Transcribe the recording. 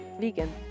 vegan